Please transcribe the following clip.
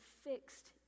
fixed